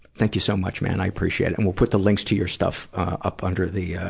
thank you so much, man i appreciate it. and we'll put the links to your stuff, ah, up under the, ah,